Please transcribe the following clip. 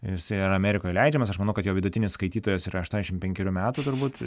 jisai yra amerikoj leidžiamas aš manau kad jo vidutinis skaitytojas yra aštuoniadešim penkerių metų turbūt